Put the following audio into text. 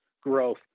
growth